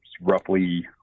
Roughly